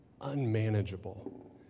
unmanageable